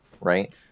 right